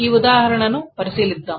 ఈ ఉదాహరణను పరిశీలిద్దాం